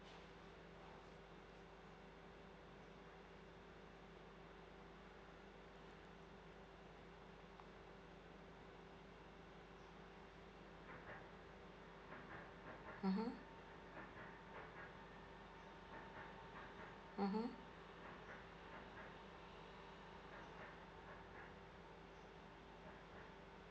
mmhmm mmhmm